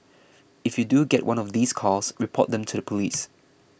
if you do get one of these calls report them to the police